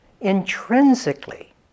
intrinsically